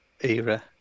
era